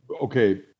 okay